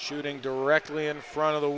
shooting directly in front of the